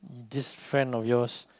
this friend of yours